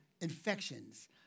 infections